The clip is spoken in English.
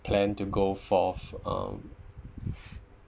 plan to go forth um